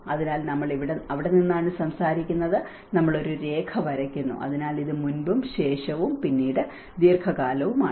അതിനാൽ നമ്മൾ അവിടെ നിന്നാണ് സംസാരിക്കുന്നത് നമ്മൾ ഒരു രേഖ വരയ്ക്കുന്നു അതിനാൽ ഇത് മുമ്പും ശേഷവും പിന്നീട് ദീർഘകാലവുമാണ്